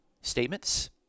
statements